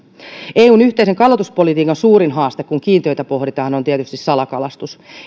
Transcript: eun yhteisen kalastuspolitiikan suurin haaste kun kiintiöitä pohditaan on tietysti salakalastus